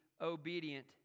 obedient